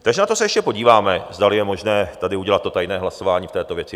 Takže na to se ještě podíváme, zdali je možné tady udělat to tajné hlasování v této věci.